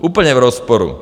Úplně v rozporu.